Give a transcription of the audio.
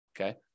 okay